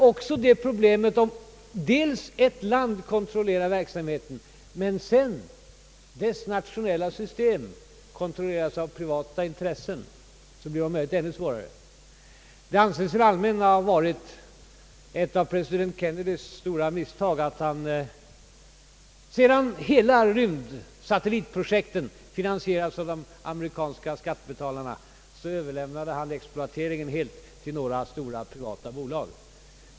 Om ett land kontrollerar verksamheten, men dess nationella system i sin tur kontrolleras av privata intressen, blir det om möjligt ännu svårare. Det anses ha varit ett av president Kennedys stora misstag att han, sedan hela rymdsatellitprojektet finansierats av de amerikanska skattebetalarna, överlämnade exploateringen helt tiil några stora privata bolag.